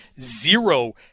zero